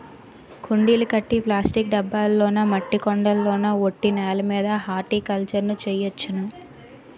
కుండీలు కట్టి ప్లాస్టిక్ డబ్బాల్లోనా మట్టి కొండల్లోన ఒట్టి నేలమీద హార్టికల్చర్ ను చెయ్యొచ్చును